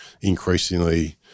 increasingly